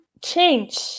change